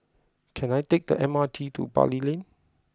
can I take the M R T to Bali Lane